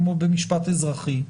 כמו במשפט האזרחי,